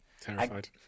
Terrified